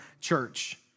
church